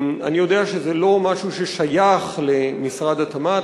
אני יודע שזה לא משהו ששייך למשרד התמ"ת,